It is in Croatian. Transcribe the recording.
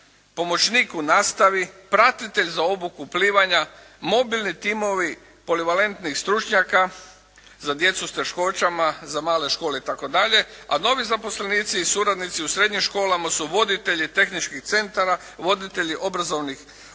pomoćnik u nastavi, pratitelj za obuku plivanja, mobilni timovi polivalentnih stručnjaka za djecu s teškoćama, za male škole itd. a novi zaposlenici i suradnici u srednjim školama su voditelji tehničkih centara, voditelji obrazovanja